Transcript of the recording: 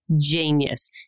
genius